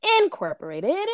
Incorporated